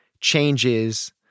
changes